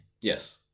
Yes